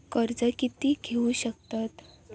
कर्ज कीती घेऊ शकतत?